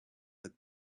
had